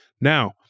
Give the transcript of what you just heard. Now